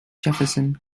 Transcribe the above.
jefferson